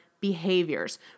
behaviors